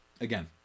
again